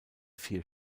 vier